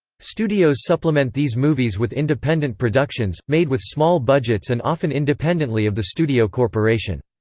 studios supplement these movies with independent productions, made with small budgets and often independently of the studio corporation.